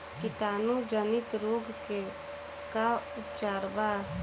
कीटाणु जनित रोग के का उपचार बा?